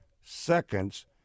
seconds